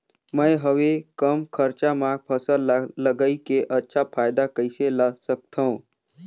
मैं हवे कम खरचा मा फसल ला लगई के अच्छा फायदा कइसे ला सकथव?